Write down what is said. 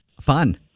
fun